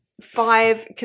five